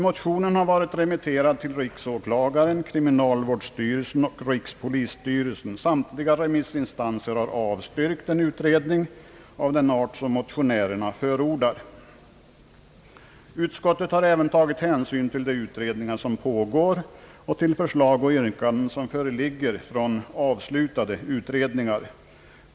Motionen har varit remitterad till riksåklagaren, kriminalvårdsstyrelsen och rikspolisstyrelsen. Samtliga remissinstanser har avstyrkt en utredning av den art som motionärerna förordar. Utskottet har även tagit hänsyn till de utredningar som pågår och till förslag och yrkanden som föreligger från avslutade utredningar.